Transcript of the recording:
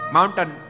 Mountain